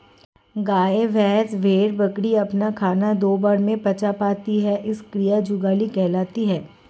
गाय, भैंस, भेड़, बकरी अपना खाना दो बार में पचा पाते हैं यह क्रिया जुगाली कहलाती है